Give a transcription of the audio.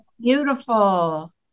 beautiful